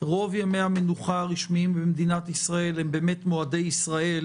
רוב ימי המנוחה הרשמיים במדינת ישראל הם באמת מועדי ישראל,